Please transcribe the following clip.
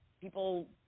people